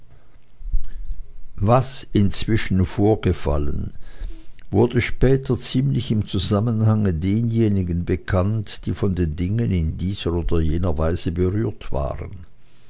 was inzwischen vorgefallen wurde später ziemlich im zusammenhange denjenigen bekannt die von den dingen in dieser oder jener weise berührt waren